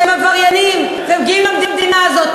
שהם עבריינים ומגיעים למדינה הזאת,